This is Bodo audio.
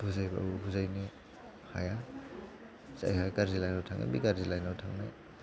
बुजायबाबो बुजायनो हाया जायहा गाज्रि लाइनाव थांदों बे गाज्रि लाइनावनो थांबाय